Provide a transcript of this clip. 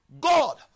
God